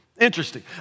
Interesting